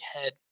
head